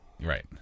Right